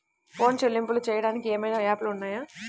Phone చెల్లింపులు చెయ్యటానికి ఏవైనా యాప్లు ఉన్నాయా?